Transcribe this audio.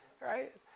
right